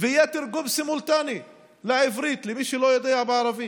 ושיהיה תרגום סימולטני לעברית למי שלא יודע ערבית?